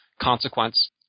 consequence